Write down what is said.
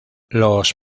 los